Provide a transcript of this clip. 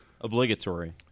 Obligatory